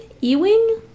ewing